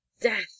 death